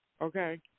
Okay